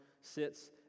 sits